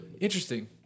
Interesting